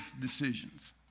decisions